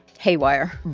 haywire.